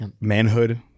manhood